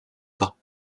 cas